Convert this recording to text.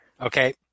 Okay